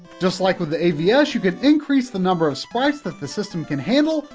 just like with the avs, you can increase the number of sprites that the system can handle,